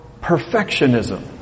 perfectionism